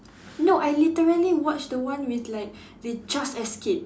no I literally watched the one with like they just escaped